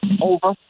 over